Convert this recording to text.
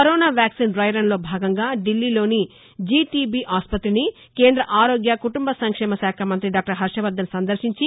corona vaccine dry run లో భాగంగా దిల్లీలోని జీటీబీ ఆసుపతిని కేంద్ర ఆరోగ్య కుటుంబ సంక్షేమ శాఖ మంతి డాక్టర్ హర్షవర్దన్ సందర్భించి